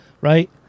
right